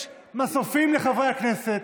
יש מסופים לחברי הכנסת,